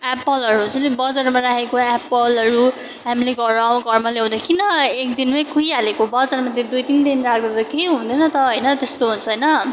एप्पलहरू छ नि बजारमा राखेको एप्पलहरू हामीले घराउ घरमा ल्याउँदा किन एक दिनमै कुहिहालेको बजारमा त्यो दुई तिन दिन राख्दा त केही हुँदैन त होइन त्यस्तो हुन्छ होइन